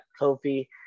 Kofi